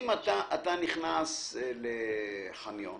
אם אתה נכנס לחניון